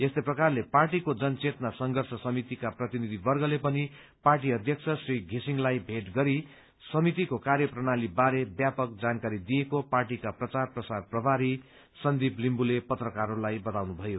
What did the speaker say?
यस्तै प्रकारले पार्टीको जन चेतना संघर्ष समितिका प्रतिनिधिवर्गले पनि पार्टी अध्यक्ष श्री घिसिङलाई भेट गरी समितिको कार्यप्रणाली बारे व्यापक जानकारी दिएको पार्टीका प्रचार प्रसार प्रभारी सन्दिप लिम्बुले पत्रकारहरूलाई बताउनुभयो